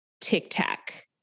tic-tac